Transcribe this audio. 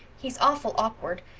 he's awful okward.